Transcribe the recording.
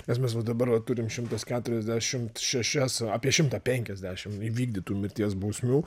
nes mes va dabar va turim šimtas keturiasdešimt šešias apie šimtą penkiasdešim įvykdytų mirties bausmių